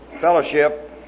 fellowship